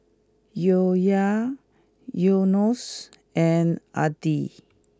Yahya Yunos and Adi